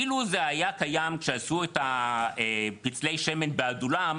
אילו זה היה קיים כשעשו את פצלי שמן באדולם,